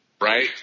right